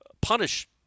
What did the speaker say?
punish